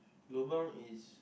lobang is